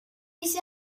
一些